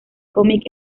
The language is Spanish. cómic